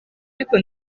ariko